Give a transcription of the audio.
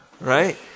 right